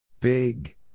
Big